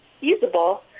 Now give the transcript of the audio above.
usable